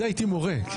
בשביל זה הייתי מורה.